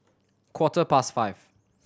quarter past five